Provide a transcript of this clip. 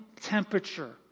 temperature